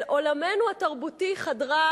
אל עולמנו התרבותי חדרה,